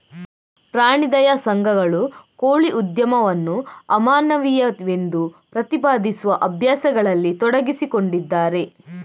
ಪ್ರಾಣಿ ದಯಾ ಸಂಘಗಳು ಕೋಳಿ ಉದ್ಯಮವನ್ನು ಅಮಾನವೀಯವೆಂದು ಪ್ರತಿಪಾದಿಸುವ ಅಭ್ಯಾಸಗಳಲ್ಲಿ ತೊಡಗಿಸಿಕೊಂಡಿದ್ದಾರೆ